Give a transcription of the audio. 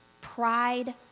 pride